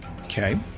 okay